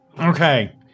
Okay